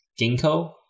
ginkgo